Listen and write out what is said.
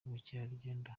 ubukerarugendo